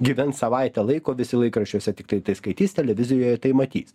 gyvens savaitę laiko visi laikraščiuose tiktai tai skaitys televizijoje tai matys